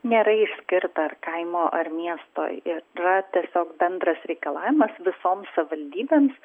nėra išskirta ar kaimo ar miesto yra tiesiog bendras reikalavimas visoms savivaldybėms